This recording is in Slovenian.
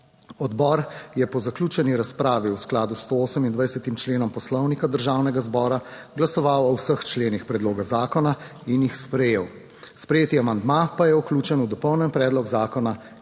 Odbor je po zaključeni razpravi v skladu s 28 členom Poslovnika Državnega zbora glasoval o vseh členih predloga zakona in jih sprejel. Sprejeti amandma pa je vključen v dopolnjen predlog zakona, ki je sestavni